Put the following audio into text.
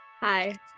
Hi